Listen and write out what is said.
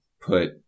put